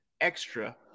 extra